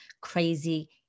crazy